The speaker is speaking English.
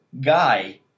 guy